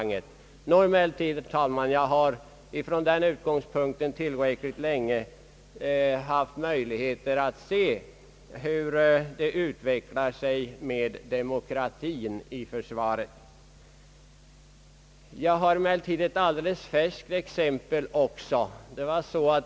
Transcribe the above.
Jag har emellertid, herr talman, från den utgångspunkten tillräckligt länge haft möjligheter att se hur demokratin tar sig ut inom försvaret. Jag har ett alldeles färskt exempel på detta.